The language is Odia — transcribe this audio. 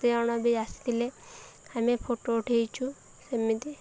କେତେ ଜଣ ବି ଆସିଥିଲେ ଆମେ ଫଟୋ ଉଠେଇଛୁ ସେମିତି